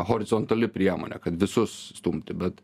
horizontali priemonė kad visus stumti bet